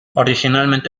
originalmente